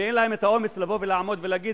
ואין להם האומץ לבוא ולעמוד ולהגיד: